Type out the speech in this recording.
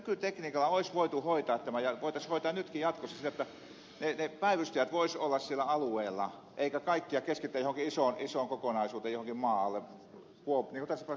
eikös nykytekniikalla olisi voitu hoitaa ja voitaisi hoitaa jatkossakin siten jotta päivystäjät voisivat olla siellä alueella eikä kaikkia keskitetä johonkin isoon kokonaisuuteen johonkin maan alle niin kuin tässä tapauksessa kuopioon